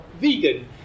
vegan